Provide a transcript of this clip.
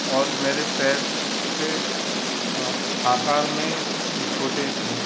और मेरे पैर से आकार में छोटे थे